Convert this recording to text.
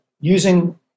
using